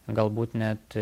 galbūt net